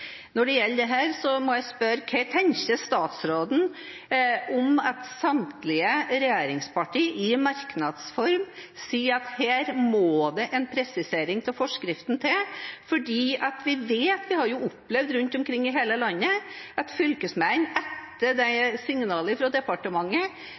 Når det gjelder dette, må jeg spørre: Hva tenker statsråden om at samtlige regjeringspartier i merknads form sier at her må det en presisering av forskriften til? Man har jo opplevd rundt omkring i hele landet at fylkesmennene etter